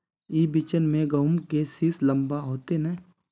ई बिचन में गहुम के सीस लम्बा होते नय?